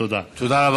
תודה.